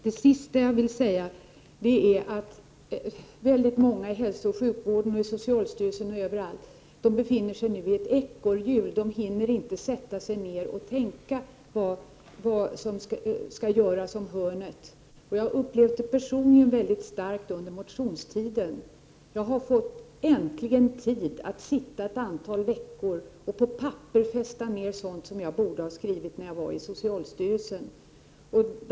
Det sista jag vill säga är att många i hälsooch sjukvården, på socialstyrelsen och överallt nu befinner sig i ett ekorrhjul. De hinner inte sätta sig ned och tänka på vad som skall göras om hörnet. Jag har personligen upplevt det mycket starkt under motionstiden, då jag äntligen har fått tid att sitta ett antal veckor och på papper fästa sådant som jag borde ha skrivit när jag var på socialstyrelsen.